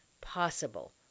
possible